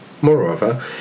Moreover